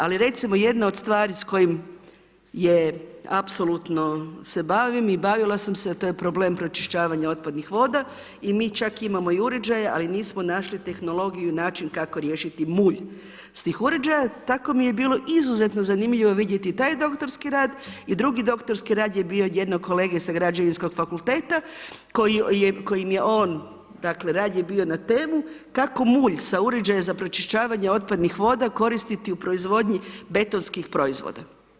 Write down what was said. Ali recimo jedna od stvari s kojim je apsolutno se bavim i bavila sam se, a to je problem pročišćavanja otpadnih voda i mi čak imamo i uređaje, ali nismo našli tehnologiju i način kako riješiti mulj s tih uređaja, tako mi je bilo izuzetno zanimljivo vidjeti taj doktorski rad i drugi doktorski rad je bio jednog kolege sa Građevinskog fakulteta kojim je on, dakle rad je bio na temu kako mulj sa uređaja za pročišćavanje otpadnih voda koristiti u proizvodnji betonskih proizvoda.